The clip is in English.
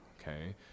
okay